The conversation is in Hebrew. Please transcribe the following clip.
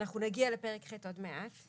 נגיע לפרק ח' עוד מעט.